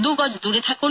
দুগজ দূরে থাকুন